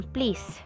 Please